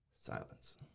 Silence